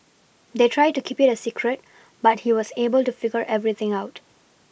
they tried to keep it a secret but he was able to figure everything out